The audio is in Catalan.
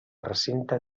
recinte